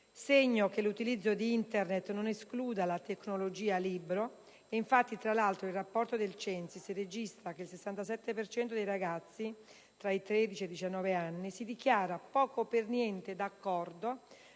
Segno che l'utilizzo di Internet non esclude la "tecnologia" libro ed infatti, tra l'altro, il rapporto del CENSIS registra che circa il 67 per cento dei ragazzi dai 13 ai 19 anni si dichiara poco o per niente d'accordo